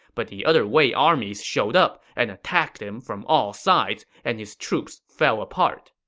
but the other wei armies showed up and attacked him from all sides, and his troops fell apart.